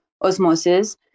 Osmosis